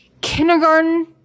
kindergarten